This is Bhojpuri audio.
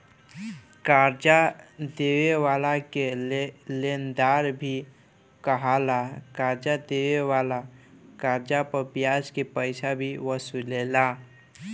कर्जा देवे वाला के लेनदार भी कहाला, कर्जा देवे वाला कर्ज पर ब्याज के पइसा भी वसूलेला